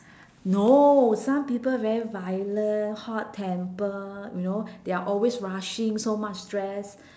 no some people very violent hot temper you know they're always rushing so much stress